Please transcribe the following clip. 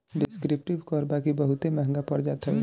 descriptive कर बाकी बहुते महंग पड़ जात हवे